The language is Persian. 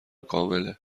کامله